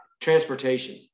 transportation